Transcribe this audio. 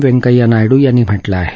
व्यंकय्या नायडू यांनी म्हटलं आहे